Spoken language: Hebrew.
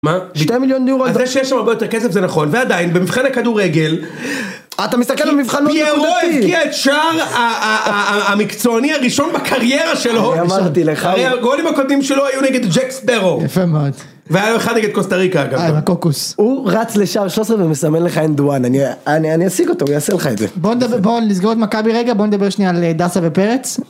2 מיליון דיור זה שיש הרבה יותר כסף זה נכון ועדיין במבחן הכדורגל אתה מסתכל על המבחן המקצועני הראשון בקריירה שלו אמרתי לך גולים הקודמים שלו היו נגד ג'קסטרו. ואחד נגד קוסטריקה קוקוס הוא רץ לשער 13 ומסמל לך אין דואן אני אעסיק אותו הוא יעשה לך את זה בוא נדבר שנייה על דאסה ופרץ.